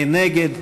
מי נגד?